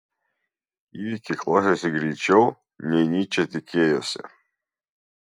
įvykiai klostėsi greičiau nei nyčė tikėjosi